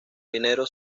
dinero